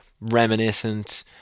reminiscent